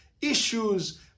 issues